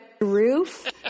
roof